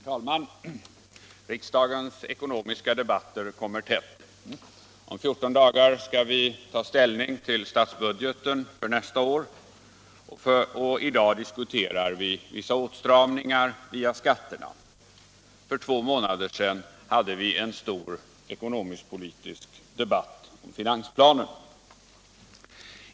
Herr talman! Riksdagens ekonomiska debatter kommer tätt. Om 14 dagar skall vi ta ställning till statsbudgeten för nästa år. I dag diskuterar vi vissa åtstramningar via skatterna, och för två månader sedan hade vi en stor ekonomisk-politisk debatt om finansplanen.